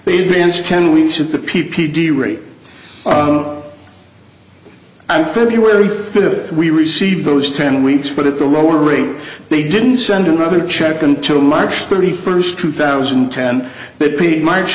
they advanced ten weeks of the p p d rate and february fifth we received those ten weeks but at the lower rate they didn't send another check until march thirty first two thousand and ten that paid march